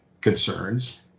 concerns